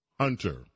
Hunter